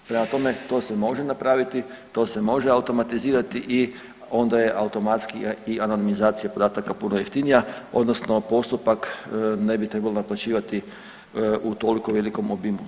Prema tome to se može napraviti, to se može automatizirati i onda je automatski i anonimizacija podataka puno jeftinija odnosno postupak ne bi trebali naplaćivati u toliko velikom obimu.